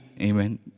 Amen